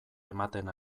ematen